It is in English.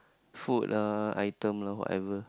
food lah item lah whatever